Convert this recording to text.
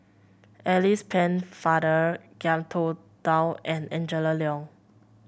Alice Pennefather Ngiam Tong Dow and Angela Liong